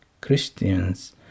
Christian's